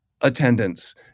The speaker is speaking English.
attendance